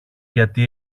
γιατί